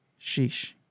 sheesh